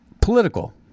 political